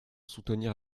soutenir